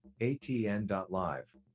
ATN.Live